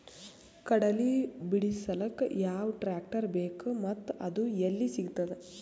ಕಡಲಿ ಬಿಡಿಸಲಕ ಯಾವ ಟ್ರಾಕ್ಟರ್ ಬೇಕ ಮತ್ತ ಅದು ಯಲ್ಲಿ ಸಿಗತದ?